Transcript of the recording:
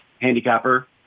handicapper